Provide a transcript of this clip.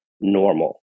normal